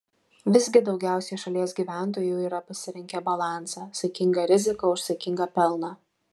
visgi daugiausiai šalies gyventojų yra pasirinkę balansą saikinga rizika už saikingą pelną